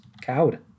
Cowed